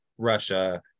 russia